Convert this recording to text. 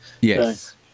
Yes